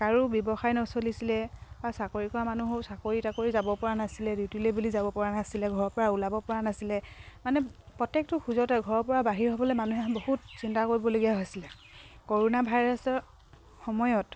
কাৰো ব্যৱসায় নচলিছিলে বা চাকৰি কৰা মানুহো চাকৰি তাকৰি যাব পৰা নাছিলে ডিউটিলৈ বুলি যাব পৰা নাছিলে ঘৰৰপৰা ওলাব পৰা নাছিলে মানে প্ৰত্যেকটো খোজতে ঘৰৰপৰা বাহিৰ হ'বলৈ মানুহে বহুত চিন্তা কৰিবলগীয়া হৈছিলে কৰ'না ভাইৰাছৰ সময়ত